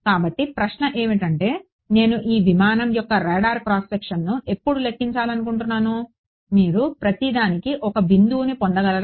కాబట్టి ప్రశ్న ఏమిటంటే నేను ఈ విమానం యొక్క రాడార్ క్రాస్ సెక్షన్ను ఎప్పుడు లెక్కించాలనుకుంటున్నాను మీరు ప్రతిదానికి ఒక బిందువుని పొందగలరా